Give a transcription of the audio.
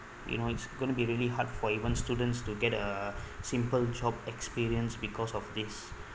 you know it's gonna be really hard for even students to get a simple job experience because of this